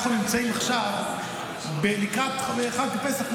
אנחנו נמצאים עכשיו לקראת חג פסח,